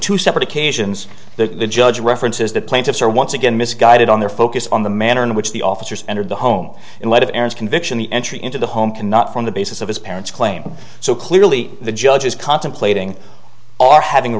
two separate occasions the judge references that plaintiffs are once again misguided on their focus on the manner in which the officers entered the home in light of conviction the entry into the home cannot form the basis of his parents claim so clearly the judge is contemplating or having